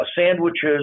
sandwiches